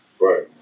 Right